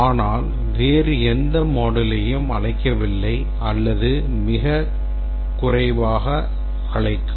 அவை வேறு எந்த moduleயையும் அழைக்கவில்லை அல்லது அவை மிகக் குறைவாக அழைக்கும்